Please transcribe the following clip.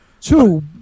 Two